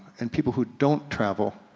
and people who don't travel,